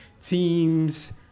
teams